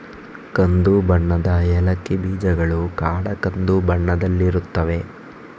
ಕಂದು ಬಣ್ಣದ ಏಲಕ್ಕಿ ಬೀಜಗಳು ಗಾಢ ಕಂದು ಬಣ್ಣದಲ್ಲಿರುತ್ತವೆ